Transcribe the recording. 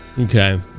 Okay